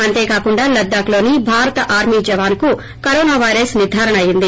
అంతేకాకుండా లద్దాఖ్ లోని భారత ఆర్మీ జావాస్ కు కరోనా పైరస్ నిర్దారణ అయింది